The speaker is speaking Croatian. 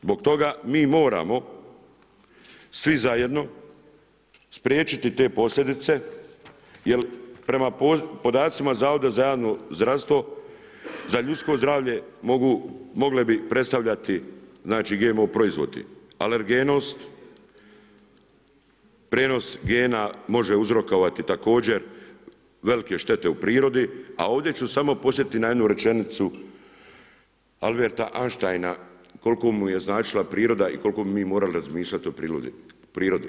Zbog toga mi moramo svi zajedno spriječiti te posljedice jer prema podacima Zavoda za javno zdravstvo, za ljudsko zdravlje mogle bi predstavljati GMO proizvodi alergenost, prijenos gena može uzrokovati također velike štete u prirodi a ovdje ću samo podsjetiti na jednu rečenicu Alberta Einsteina koliko mu je značila priroda i koliko bi mi morali razmišljati o prirodi.